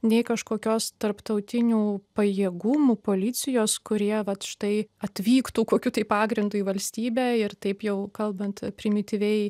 nei kažkokios tarptautinių pajėgumų policijos kurie vat štai atvyktų kokiu tai pagrindu į valstybę ir taip jau kalbant primityviai